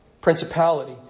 principality